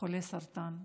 חולי סרטן.